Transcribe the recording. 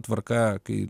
tvarka kai